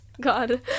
God